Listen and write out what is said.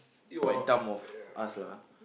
quite dumb of us lah